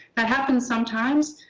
that happens sometimes.